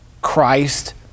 Christ